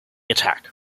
attack